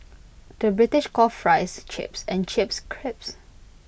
the British calls Fries Chips and Chips Crisps